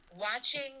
Watching